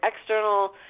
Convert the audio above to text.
external